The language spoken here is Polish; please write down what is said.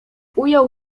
ujął